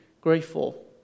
grateful